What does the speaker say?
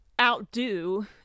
outdo